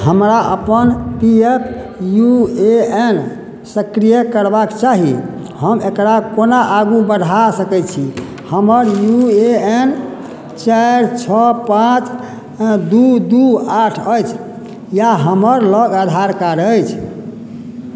हमरा अपन P F U A N सक्रिय करबाक चाही हम एकरा कोना आगू बढ़ा सकैत छी हमर यू ए एन चारि छओ पाँच दू दू आठ अछि या हमरा लग आधार कार्ड अछि